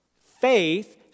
Faith